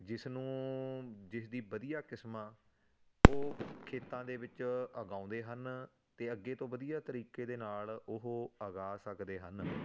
ਜਿਸਨੂੰ ਜਿਸਦੀ ਵਧੀਆ ਕਿਸਮਾਂ ਉਹ ਖੇਤਾਂ ਦੇ ਵਿੱਚ ਉਗਾਉਂਦੇ ਹਨ ਅਤੇ ਅੱਗੇ ਤੋਂ ਵਧੀਆ ਤਰੀਕੇ ਦੇ ਨਾਲ ਉਹ ਉਗਾ ਸਕਦੇ ਹਨ